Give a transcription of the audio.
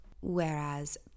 whereas